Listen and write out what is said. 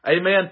Amen